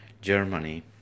Germany